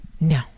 No